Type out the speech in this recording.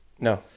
No